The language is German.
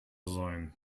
sein